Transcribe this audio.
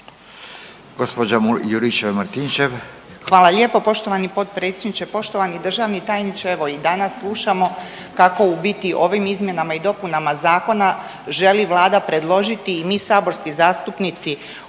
Hvala lijepo poštovani potpredsjedniče. Poštovani državni tajniče evo i danas slušamo kako u biti ovim izmjenama i zakona želi Vlada predložiti i mi saborski zastupnici